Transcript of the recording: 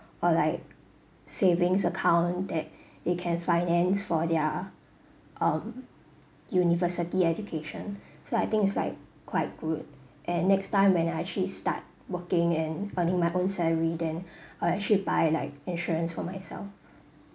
or like savings account that they can finance for their um university education so I think it's like quite good and next time when I actually start working and earning my own salary then I'll actually buy like insurance for myself